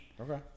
Okay